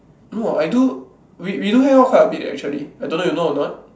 no I do we we do hang out quite a bit leh actually I don't know you know or not